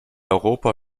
europa